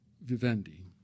vivendi